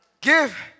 give